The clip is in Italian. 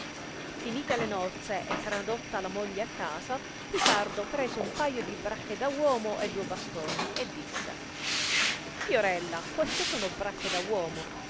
finite le nozze e tradotta la moglie a casa pisardo prese un paio di bracche da uomo e duo bastoni e disse fiorella queste sono bracche da uomo